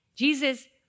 Jesus